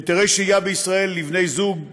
היתרי שהייה בישראל לבני זוג,